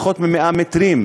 פחות מ-100 מטרים,